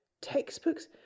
Textbooks